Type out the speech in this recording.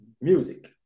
music